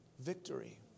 Victory